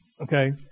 Okay